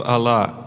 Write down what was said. Allah